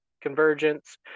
convergence